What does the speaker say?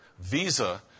visa